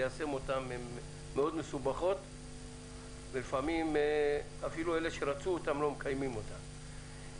ביצועם היא סבוכה ולפעמים אפילו אלו שרצו בהם לא מקיימים אותם.